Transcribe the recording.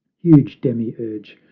huge demiurge,